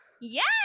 Yes